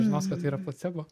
žinos kad tai yra placebo